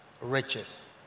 riches